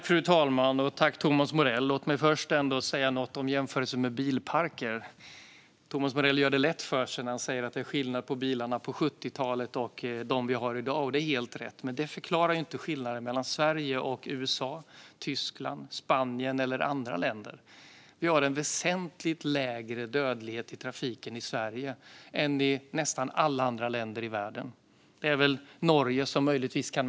Fru talman! Låt mig först säga något om jämförelsen av bilparkerna. Thomas Morell gör det lätt för sig när han säger att det är skillnad mellan bilarna på 70-talet och dem vi har i dag. Det är helt rätt. Men det förklarar inte skillnaden mellan Sverige och USA, Tyskland, Spanien eller andra länder. Vi har väsentligt lägre dödlighet i trafiken i Sverige än i nästan alla andra länder i världen. Möjligen kan Norge mäta sig med oss.